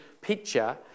picture